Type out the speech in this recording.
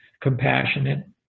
compassionate